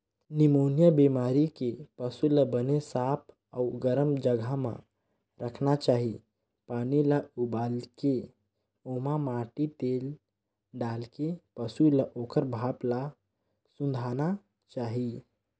pneumonia बेमारी के पसू ल बने साफ अउ गरम जघा म राखना चाही, पानी ल उबालके ओमा माटी तेल डालके पसू ल ओखर भाप ल सूंधाना चाही